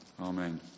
Amen